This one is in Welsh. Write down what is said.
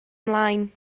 ymlaen